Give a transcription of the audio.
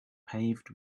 paved